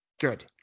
Good